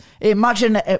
Imagine